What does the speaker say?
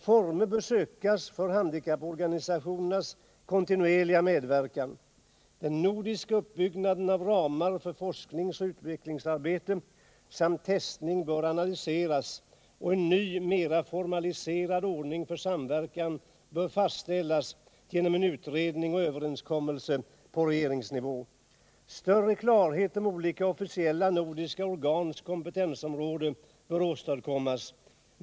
Former bör sökas för handikapporganisationernas kontinuerliga medverkan. Den nordiska uppbyggnaden av ramar för forskningsoch utvecklingsarbete samt testning bör analyseras och en ny mera formaliserad ordning för samverkan bör fastställas genom en utredning och överenskommelse på regeringsnivå. Större klarhet om olika officiella nordiska organs kompetensområde bör åstadkommas.